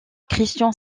christian